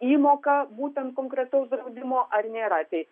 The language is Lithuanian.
įmoka būtent konkretaus draudimo ar nėra tai